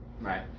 Right